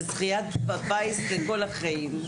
זה זכיה בפיס לכל החיים.